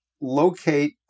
locate